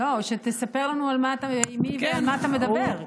לא, ספר לנו עם מי ועל מה אתה מדבר.